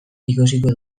ikusiko